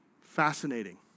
Fascinating